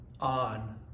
on